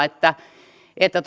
että että